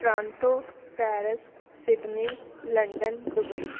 Toronto Paris Sydney London Dubai